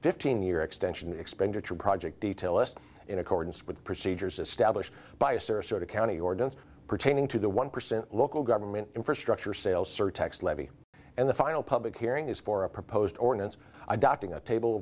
fifteen year extension expenditure project detail in accordance with procedures established bias or sort of county ordinance pertaining to the one percent local government infrastructure sales surtax levy and the final public hearing is for a proposed ordinance i docking a table